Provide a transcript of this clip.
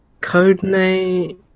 Codename